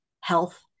health